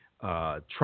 Trump